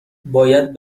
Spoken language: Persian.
باید